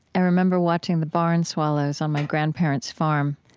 i remember watching the barn swallows on my grandparents' farm,